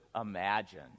imagine